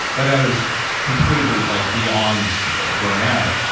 but i was completely like beyond blown out.